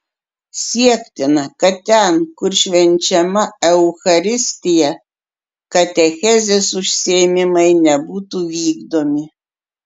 siektina kad ten kur švenčiama eucharistija katechezės užsiėmimai nebūtų vykdomi